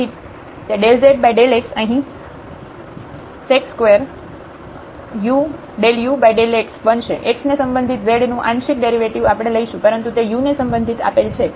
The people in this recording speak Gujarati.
તેથી તે ∂z∂x અહીં sec2u ∂u∂x બનશે x ને સંબંધિત z નું આંશિક ડેરિવેટિવ આપણે લઈશું પરંતુ તે u ને સંબંધિત આપેલ છે